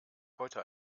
heute